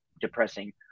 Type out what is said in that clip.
depressing